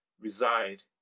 reside